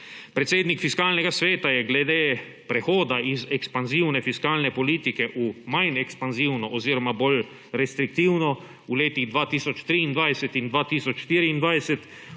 Predsednik Fiskalnega sveta je glede prehoda iz ekspanzivne fiskalne politike v manj ekspanzivno oziroma bolj restriktivno v letih 2023 in 2024